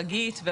דיברת על חגית.